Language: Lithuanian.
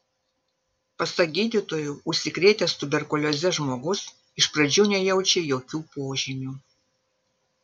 pasak gydytojų užsikrėtęs tuberkulioze žmogus iš pradžių nejaučia jokių požymių